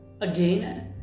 Again